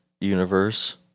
universe